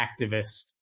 activist